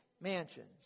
mansions